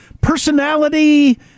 personality